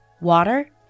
water